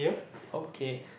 okay